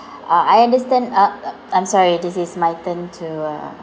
uh I understand uh uh I'm sorry this is my turn to uh